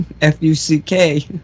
f-u-c-k